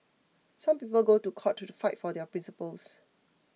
some people go to court to fight for their principles